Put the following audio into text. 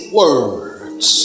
words